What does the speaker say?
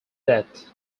death